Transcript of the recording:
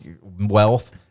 wealth